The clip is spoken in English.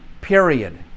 Period